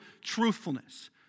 truthfulness